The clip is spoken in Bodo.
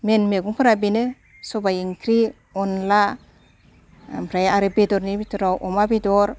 मेइन मैगंफोरा बेनो सबाय ओंख्रि अनद्ला ओमफ्राय आरो बेदरनि बिथोराव अमा बेदर